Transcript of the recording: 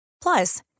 Plus